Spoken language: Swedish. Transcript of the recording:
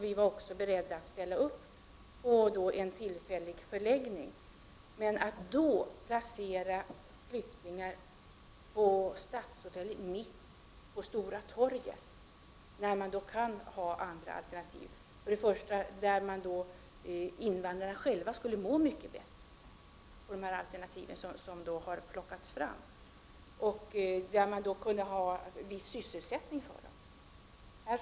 Vi var också beredda att ställa upp när det gällde en tillfällig förläggning. Men då placerade invandrarverket flyktingar i en förläggning på Stadshotellet mitt på Stora torget, när det fanns andra alternativ där först och främst invandrarna skulle må mycket bättre. Dessa alternativ har tagits fram, och där kunde man erbjuda viss sysselsättning för invandrarna.